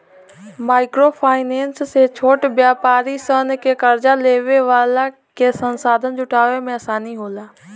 micro finance से छोट व्यापारी सन के कार्जा लेवे वाला के संसाधन जुटावे में आसानी होला